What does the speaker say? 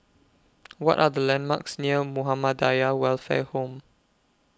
What Are The landmarks near Muhammadiyah Welfare Home